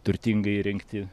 turtingai įrengti